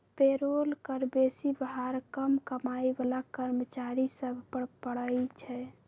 payroll कर बेशी भार कम कमाइ बला कर्मचारि सभ पर पड़इ छै